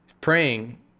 praying